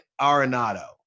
Arenado